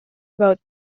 about